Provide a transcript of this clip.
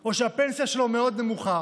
או שהפנסיה שלו מאוד נמוכה?